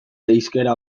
hizkera